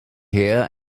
here